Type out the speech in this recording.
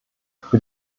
für